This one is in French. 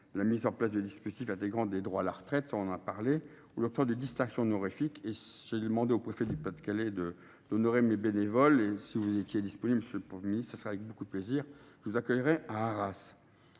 la mise en place de dispositifs intégrant des droits à la retraite ou l’obtention de distinctions honorifiques. J’ai demandé au préfet du Pas de Calais d’honorer mes bénévoles ; si vous étiez disponible, monsieur le ministre, ce serait avec beaucoup de plaisir que je vous accueillerais à Arras.